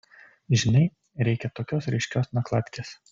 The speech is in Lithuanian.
žinai reikia tokios ryškios nakladkės